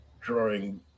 drawing